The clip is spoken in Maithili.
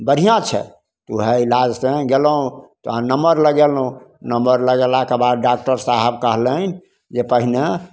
बढ़िआँ छै ओहे इलाजसँ गेलहुँ तहन नम्बर लगेलहुँ नम्बर लगेलाके बाद डॉकटर साहेब कहलनि जे पहिने